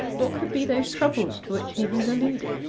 what could be those troubles to which he had alluded?